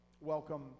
welcome